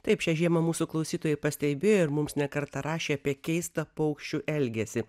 taip šią žiemą mūsų klausytojai pastebėjo ir mums ne kartą rašė apie keistą paukščių elgesį